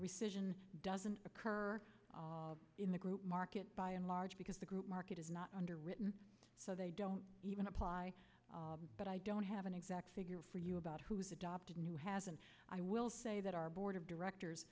rescission doesn't occur in the group market by and large because the group market is not underwritten so they don't even apply but i don't have an exact figure for you about who was adopted and who has and i will say that our board of directors